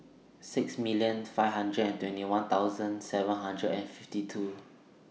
six million five hundred and twenty one thousand seven hundred and fifty two